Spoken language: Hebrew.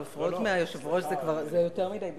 אבל הפרעות מהיושב-ראש זה יותר מדי בשבילי,